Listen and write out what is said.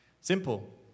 Simple